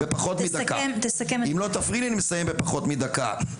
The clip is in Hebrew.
זה פחות מדקה.